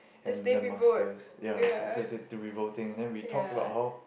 and the masters ya the the the revolting and then we talked about how